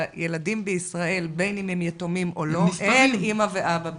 ילדים בישראל בין אם הם יתומים או לא אין אימא ואבא בישראל.